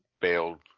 bailed